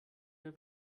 der